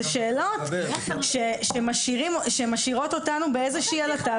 זה שאלות שמשאירות אותנו באיזה שהיא עלטה